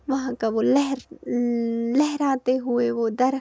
وہاں کا وہ لہر لہراتے ہوے وہ درخت